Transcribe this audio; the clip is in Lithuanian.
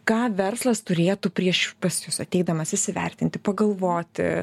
ką verslas turėtų prieš pas jus ateidamas įsivertinti pagalvoti